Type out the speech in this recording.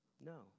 No